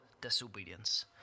disobedience